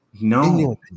No